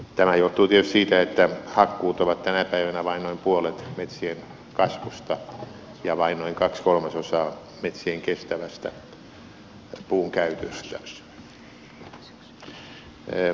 tämä johtuu tietysti siitä että hakkuut ovat tänä päivänä vain noin puolet metsien kasvusta ja vain noin kaksi kolmasosaa metsien kestävästä puunkäytöstä